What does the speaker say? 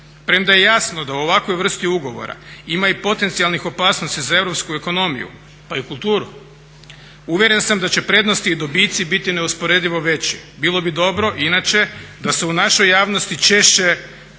Premda je jasno da u ovakvoj vrsti ugovora ima i potencijalnih opasnosti za europsku ekonomiju pa i kulturu, uvjeren sam da će prednosti i dobici biti neusporedivo veći. Bilo bi dobro inače da se u našoj javnosti češće,